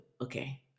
okay